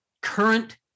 current